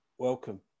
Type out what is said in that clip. Welcome